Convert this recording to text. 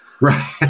Right